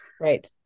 Right